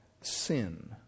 sin